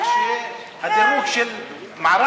גם כשיהיה הדירוג של מערב